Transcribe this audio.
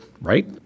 right